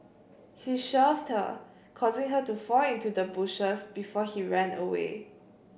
he shoved her causing her to fall into the bushes before he ran away